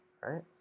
right